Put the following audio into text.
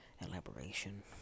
elaboration